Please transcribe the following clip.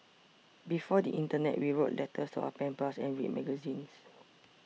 before the Internet we wrote letters to our pen pals and read magazines